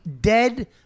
dead